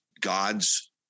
God's